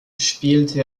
spielte